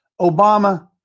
Obama